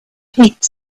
heaps